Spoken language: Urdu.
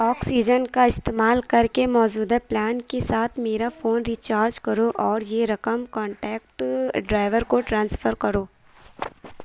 آکسیجن کا استعمال کر کے موجودہ پلان کے ساتھ میرا فون ریچارج کرو اور یہ رقم کانٹیکٹ ڈرائیور کو ٹرانسفر کرو